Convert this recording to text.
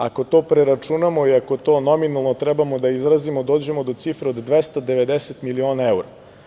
Ako to preračunamo i ako to nominalno treba da izrazimo, dođemo do cifre od 290 miliona evra.